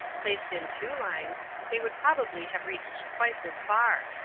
placed in two lines, they would probably have reached twice as far.